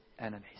enemies